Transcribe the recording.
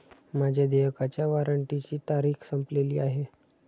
माझ्या देयकाच्या वॉरंटची तारीख संपलेली आहे